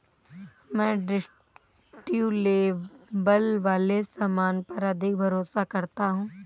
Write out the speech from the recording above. मैं descriptive label वाले सामान पर अधिक भरोसा करता हूं